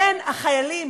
בין החיילים